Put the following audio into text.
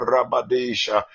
Rabadesha